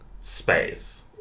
space